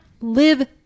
live